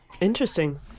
Interesting